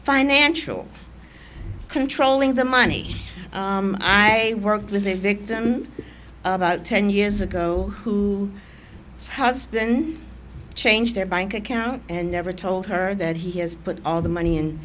financial controlling the money i worked with a victim about ten years ago who has been changed their bank account and never told her that he has put all the money